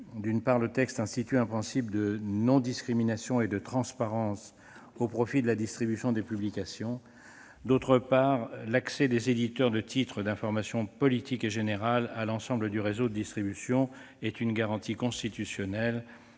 D'une part, le texte institue un principe de non-discrimination et de transparence au profit de la distribution des publications. D'autre part, l'accès des éditeurs de titres d'information politique et générale à l'ensemble du réseau de distribution est une garantie constitutionnelle